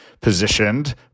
positioned